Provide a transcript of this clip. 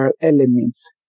elements